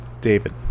David